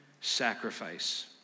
sacrifice